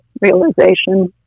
realization